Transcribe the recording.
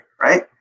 right